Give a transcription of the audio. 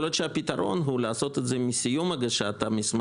יכול להיות הפתרון הוא לעשות את זה עם סיום הגשת המסמכים,